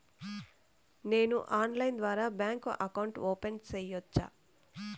నేను ఆన్లైన్ ద్వారా bank account open సేయొచ్చా?